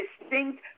distinct